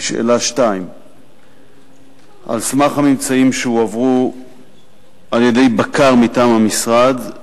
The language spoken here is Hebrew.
2. על סמך הממצאים שהועברו על-ידי בקר מטעם המשרד,